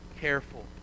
careful